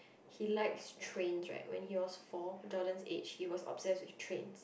he likes trains right when he was four Jordan's age he was obsessed with trains